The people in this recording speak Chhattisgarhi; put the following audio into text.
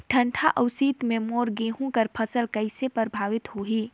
ठंडा अउ शीत मे मोर गहूं के फसल कइसे प्रभावित होही?